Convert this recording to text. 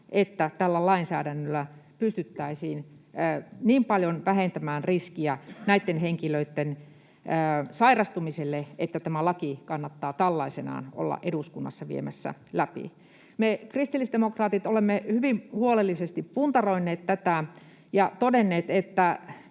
että tällä lainsäädännöllä pystyttäisiin niin paljon vähentämään riskiä näitten henkilöitten sairastumiselle, että tämä laki kannattaa tällaisenaan olla eduskunnassa viemässä läpi. Me kristillisdemokraatit olemme hyvin huolellisesti puntaroineet tätä ja todenneet,